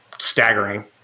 staggering